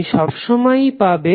তুমি সবসময়েই RMS মান পাবে